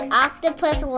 octopus